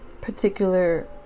particular